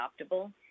adoptable